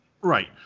Right